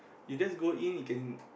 you just go in you can